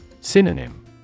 Synonym